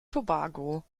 tobago